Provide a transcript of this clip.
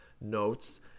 notes